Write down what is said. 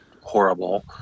horrible